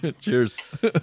Cheers